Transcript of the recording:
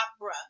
opera